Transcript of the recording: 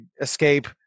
escape